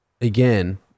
again